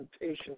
patient